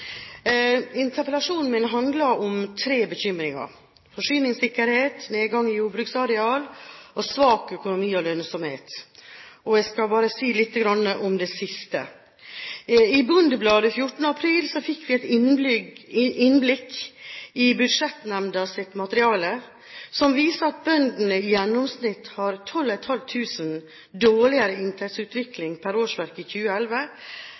Interpellasjonen min handler om tre bekymringer: forsyningssikkerhet, nedgang i jordbruksareal og svak økonomi og lønnsomhet, og jeg skal bare si lite grann om det siste. I Bondebladet 14. april fikk vi innblikk i Budsjettnemndas materiale, som viser at bøndene i gjennomsnitt har 12 500 kr dårligere inntektsutvikling per årsverk i 2011